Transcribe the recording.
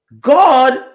God